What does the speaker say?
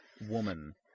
woman